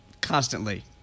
constantly